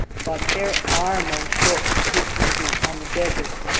but there are no short distances on the desert.